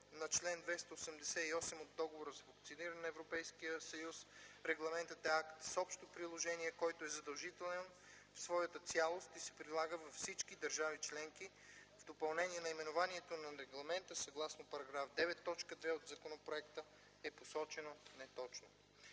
на чл. 288 от Договора за функциониране на Европейския съюз регламентът е акт с общо приложение, който е задължителен в своята цялост и се прилага във всички държави членки. В допълнение – наименованието на регламента, съгласно § 9, т. 2 от законопроекта е посочено неточно.